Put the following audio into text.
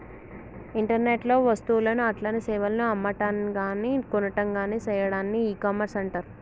internet లో వస్తువులను అట్లనే సేవలను అమ్మటంగాని కొనటంగాని సెయ్యాడాన్ని ఇకామర్స్ అంటర్